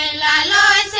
la la